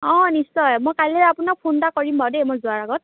অঁ নিশ্চয় হয় মই কাইলে আপোনাক ফোন এটা কৰিম বাৰু দেই মই যোৱাৰ আগত